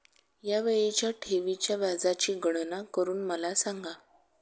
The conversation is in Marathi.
या वेळीच्या ठेवीच्या व्याजाची गणना करून मला सांगा